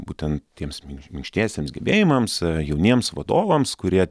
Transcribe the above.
būtent tiems minkš minkštiesiems gebėjimams jauniems vadovams kurie